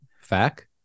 Fact